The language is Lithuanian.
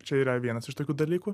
čia yra vienas iš tokių dalykų